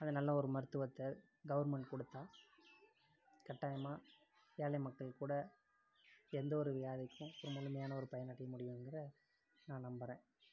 அந்த நல்ல ஒரு மருத்துவத்தை கவர்மெண்ட் கொடுத்தா கட்டாயமாக ஏழை மக்களுக்கு கூட எந்த ஒரு வியாதிக்கும் முழுமையான ஒரு பயன் அடைய முடியுங்குறதை நான் நம்புகிறேன்